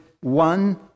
one